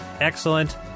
excellent